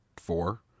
four